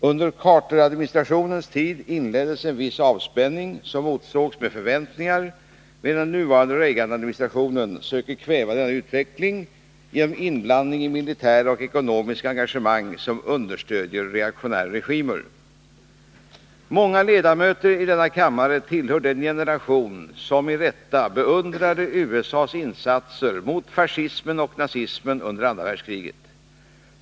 Under Carteradministrationens tid inleddes en viss avspänning som motsågs med förväntningar, medan den nuvarande Reaganadministrationen söker kväva denna utveckling genom inblandning i militära och ekonomiska engagemang, som understödjer reaktionära regimer. Många ledamöter i denna kammare tillhör den generation som, med rätta, beundrade USA:s insatser mot fascismen och nazismen under andra världskriget.